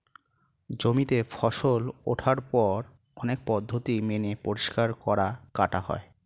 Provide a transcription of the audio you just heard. জমিতে ফসল ওঠার পর অনেক পদ্ধতি মেনে পরিষ্কার করা, কাটা হয়